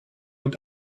und